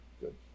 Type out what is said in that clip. good